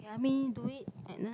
I mean do it Edna